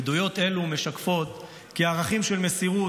עדויות אלו משקפות כי הערכים של מסירות,